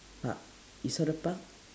park you saw the park